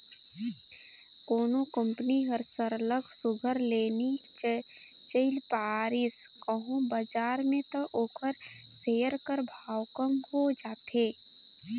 कोनो कंपनी हर सरलग सुग्घर ले नी चइल पारिस कहों बजार में त ओकर सेयर कर भाव कम हो जाथे